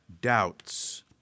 doubts